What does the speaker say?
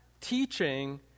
teaching